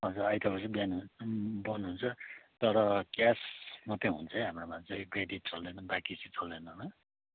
अन्त आइतबार चाहिँ बिहान बन्द हुन्छ तर क्यास मात्रै हुन्छ है हाम्रोमा चाहिँ क्रेडिट चल्दैन बाँकी चाहिँ चल्दैन नि